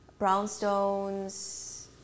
brownstones